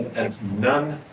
and none,